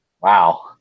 Wow